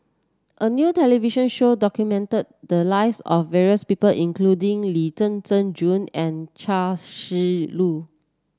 a new television show documented the lives of various people including Lee Zhen Zhen June and Chia Shi Lu